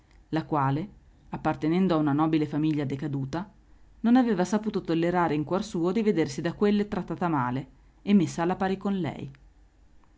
la quale appartenendo a una nobile famiglia decaduta non aveva saputo tollerare in cuor suo di vedersi da quelle trattata male e messa a pari con lei